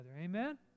Amen